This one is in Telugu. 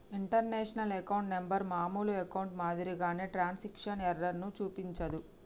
ఇంటర్నేషనల్ అకౌంట్ నెంబర్ మామూలు అకౌంట్లో మాదిరిగా ట్రాన్స్మిషన్ ఎర్రర్ ను చూపించదు